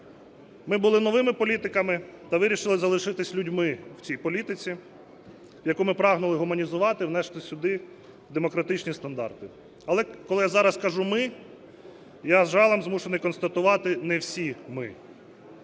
Ми були новими політиками та вирішили залишитися людьми в цій політиці, яку ми прагнули гуманізувати, внести сюди демократичні стандарти. Але коли я зараз кажу "ми", я з жалем змушений констатувати: не всі ми.